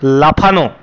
লাফানো